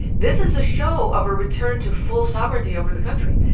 this is a show of a return to full sovereignty over the country.